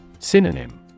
Synonym